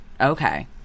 okay